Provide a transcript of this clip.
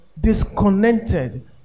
disconnected